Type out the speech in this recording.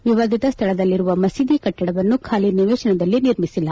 ವಿವಾದಿತ ಸ್ಥಳದಲ್ಲಿರುವ ಮಸೀದಿ ಕಟ್ಟಡವನ್ನು ಖಾಲಿ ನಿವೇಶನದಲ್ಲಿ ನಿರ್ಮಿಸಿಲ್ಲ